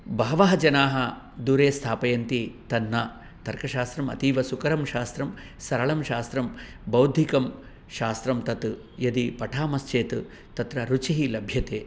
बहवः जनाः दूरे स्थापयन्ति तद् न तर्कशास्त्रम् अतीवसुकरं शास्त्रं सरलं शास्त्रं बौद्धिकं शास्त्रं तत् यदि पठामश्चेत् तत्र रुचिः लभ्यते